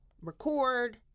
record